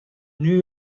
new